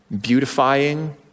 Beautifying